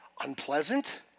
unpleasant